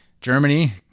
Germany